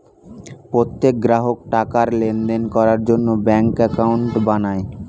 প্রত্যেক গ্রাহক টাকার লেনদেন করার জন্য ব্যাঙ্কে অ্যাকাউন্ট বানায়